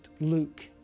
Luke